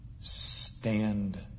stand